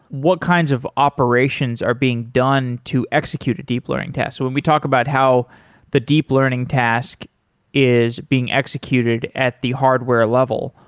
what kinds of operations are being done to execute a deep learning task? when we talk about how the deep learning task is being executed at the hardware level,